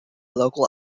local